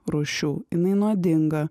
rūšių jinai nuodinga